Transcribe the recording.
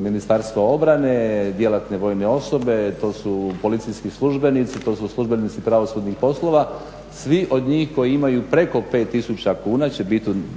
Ministarstva obrane, djelatne vojne osobe, to su policijski službenici, to su službenici pravosudnih poslova, svi od njih koji imaju preko 5000 kuna će